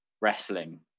wrestling